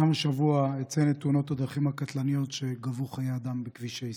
גם השבוע אציין את תאונות הדרכים הקטלניות שגבו חיי אדם בכבישי ישראל.